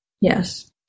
Yes